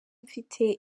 mfite